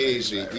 Easy